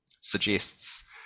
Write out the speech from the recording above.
suggests